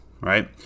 right